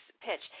pitch